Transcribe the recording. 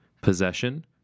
possession